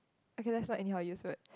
okay let's not any how use word